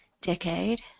decade